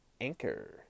Anchor